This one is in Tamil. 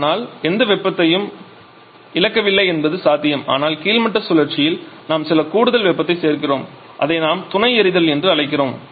ஆனால் நாம் எந்த வெப்பத்தையும் இழக்கவில்லை என்பதும் சாத்தியம் ஆனால் கீழ்மட்ட சுழற்சியில் நாம் சில கூடுதல் வெப்பத்தை சேர்க்கிறோம் அதை நாம் துணை எரிதல் என்று அழைக்கிறோம்